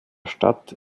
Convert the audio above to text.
stadt